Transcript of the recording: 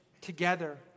together